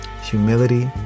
Humility